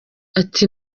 ati